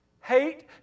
Hate